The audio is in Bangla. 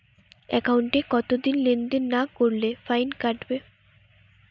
একাউন্টে কতদিন লেনদেন না করলে ফাইন কাটবে?